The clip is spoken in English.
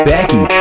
Becky